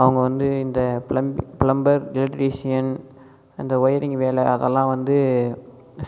அவங்க வந்து இந்த பிளம்ப பிளம்பர் எலக்ட்ரீசியன் அந்த ஒயரிங் வேலை அதெல்லாம் வந்து